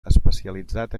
especialitzat